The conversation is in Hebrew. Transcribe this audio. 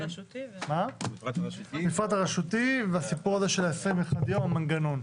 המפרט הרשותי והסיפור הזה של ה-21 יום, מנגנון.